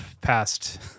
past